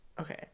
okay